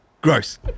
Gross